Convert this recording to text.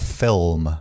film